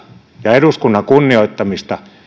ja eduskunnan kunnioittamista